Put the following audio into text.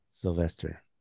Sylvester